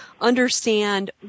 understand